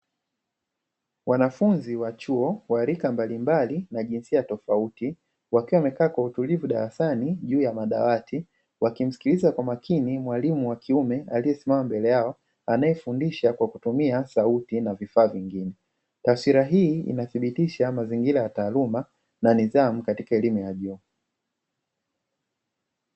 Wanafunzi wa chuo wa rika mbalimbali na jinsia tofauti, wakiwa wamekaa kwa utulivu darasani juu ya madawati, wakimsikiliza kwa makini mwalimu wa kiume aliyesimama mbele yao, anayefundisha kwa kutumia sauti na vifaa vingine. Taswira hii inathibitisha mazingira ya taaluma na nidhamu katika elimu ya juu.